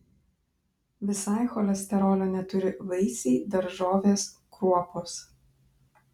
visai cholesterolio neturi vaisiai daržovės kruopos